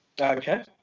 Okay